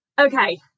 Okay